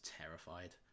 terrified